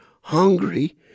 hungry